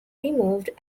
removed